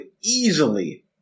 easily